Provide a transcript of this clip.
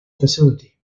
facility